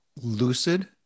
lucid